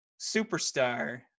superstar